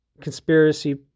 conspiracy